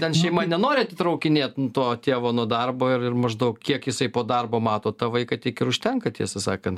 ten šeima nenori atitraukinėt to tėvo nuo darbo ir ir maždaug kiek jisai po darbo mato tą vaiką tiek ir užtenka tiesą sakant